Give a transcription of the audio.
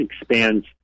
expands